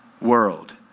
world